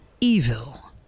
Evil